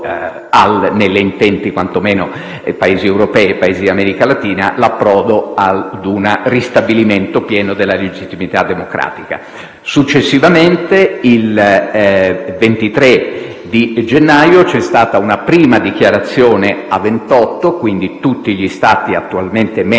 negli intenti dei Paesi europei e dell'America latina - portare a un ristabilimento pieno della legittimità democratica. Successivamente, il 23 gennaio scorso c'è stata una prima dichiarazione a 28 - tutti gli Stati attualmente membri